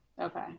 Okay